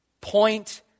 point